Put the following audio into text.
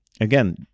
Again